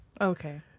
Okay